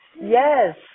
Yes